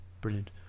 brilliant